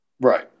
Right